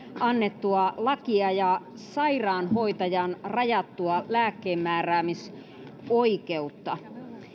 annettua lakia ja sairaanhoitajan rajattua lääkkeenmääräämisoikeutta